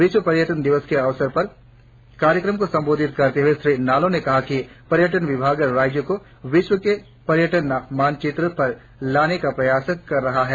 विश्व पर्यटन दिवस के अवसर पर कार्यक्रम को संबोधित करते हुए श्री नालोह ने कहा पर्यटन विभाग राज्य को विश्व के पर्यटन मानचित्र पर लाने का प्रयास कर रहा है